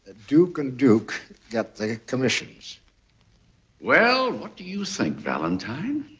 ah duke and duke get the commissions well, what do you think, valentine?